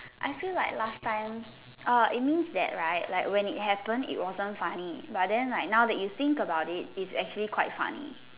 I feel like last time uh it means that right like when it happens it wasn't funny but then like now that you think about it it's actually quite funny